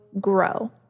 grow